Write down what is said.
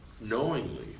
knowingly